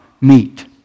meet